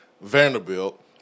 Vanderbilt